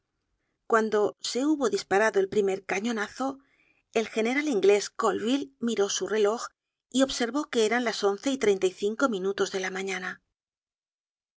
cuando se hubo disparado el primer cañonazo el general inglés colville miró su relój y observó que eran las once y treinta y cinco minutos de la mañana